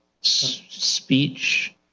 speech